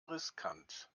riskant